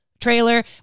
trailer